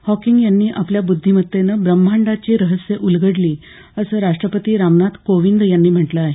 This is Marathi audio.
हॉकिंग यांनी आपल्या बुद्धिमत्तेनं ब्रह्मांडाची रहस्यं उलगडली असं राष्ट्रपती रामनाथ कोविंदयांनी म्हटलं आहे